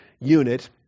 unit